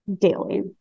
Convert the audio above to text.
daily